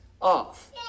off